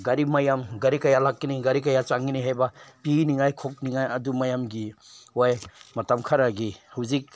ꯒꯥꯔꯤ ꯃꯌꯥꯝ ꯒꯥꯔꯤ ꯀꯌꯥ ꯂꯥꯛꯀꯅꯤ ꯒꯥꯔꯤ ꯀꯌꯥ ꯆꯪꯒꯅꯤ ꯍꯥꯏꯕ ꯄꯤꯅꯤꯉꯥꯏ ꯈꯣꯠꯅꯤꯉꯥꯏ ꯑꯗꯨ ꯃꯌꯥꯝꯒꯤ ꯍꯣꯏ ꯃꯇꯝ ꯈꯔꯒꯤ ꯍꯧꯖꯤꯛ